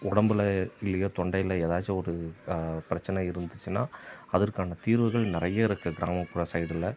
உடம்பில் இல்லையோ தொண்டையில் ஏதாச்சும் ஒரு பிரச்சின இருந்துச்சுனால் அதற்கான தீர்வுகள் நிறைய இருக்குது கிராமப்புற சைடில்